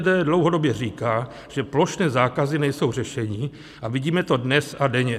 SPD dlouhodobě říká, že plošné zákazy nejsou řešení, a vidíme to dnes a denně.